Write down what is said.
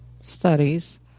studies